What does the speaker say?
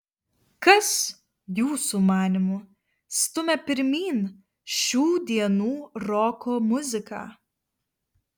kas jūsų manymu stumia pirmyn šių dienų roko muziką